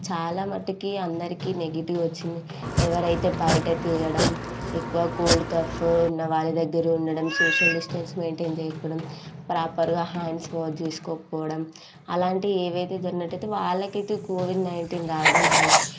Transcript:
చాలా మటుకు అందరికి నెగిటివ్ వచ్చింది ఎవరైతే బయట తిరగడం ఎక్కువ కోల్డ్ కాఫ్ ఉన్న వారి దగ్గర ఉండడం సోషల్ డిస్టెన్స్ మెయింటైన్ చేయకపోవడం ప్రోపర్గా హ్యాండ్స్ వాష్ చేసుకోకపోవడం అలాంటివి ఏవైతే జరిగినట్టయితే వాళ్ళకైతే కోవిడ్ నైంటీన్ రావడం జరిగింది